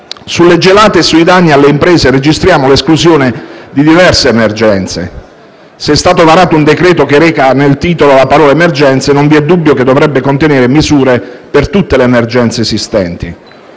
Sulle gelate e sui danni alle imprese registriamo l'esclusione di diverse emergenze ma, se è stato varato un decreto-legge che reca nel titolo tale parola, non vi è dubbio che dovrebbe contenere misure per tutte quelle esistenti.